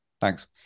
Thanks